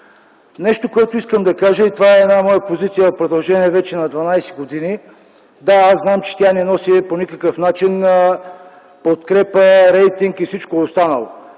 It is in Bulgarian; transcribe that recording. завишен. Искам да кажа за една моя позиция в продължение вече на дванадесет години. Да, аз знам, че тя не носи по никакъв начин подкрепа, рейтинг и всичко останало.